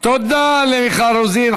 תודה למיכל רוזין.